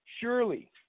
surely